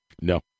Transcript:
No